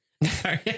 sorry